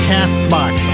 Castbox